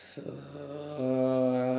uh